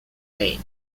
maine